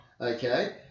Okay